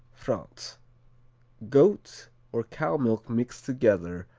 france goat or cow milk mixed together,